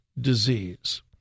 disease